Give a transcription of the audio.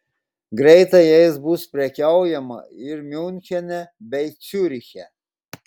greitai jais bus prekiaujama ir miunchene bei ciuriche